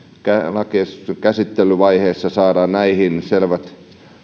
lakiesityksen käsittelyvaiheessa saadaan näihin selvät